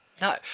No